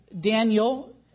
Daniel